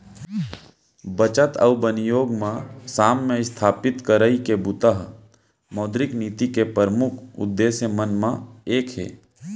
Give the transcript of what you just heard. बचत अउ बिनियोग म साम्य इस्थापित करई के बूता ह मौद्रिक नीति के परमुख उद्देश्य मन म एक हे